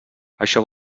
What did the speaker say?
això